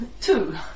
two